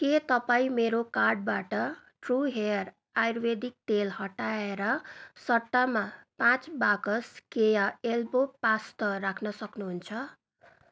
के तपाईँ मेरो कार्टबाट ट्रू हेयर आयुर्वेदिक तेल हटाएर सट्टामा पाँच बाकस केया एल्बो पास्ता राख्न सक्नुहुन्छ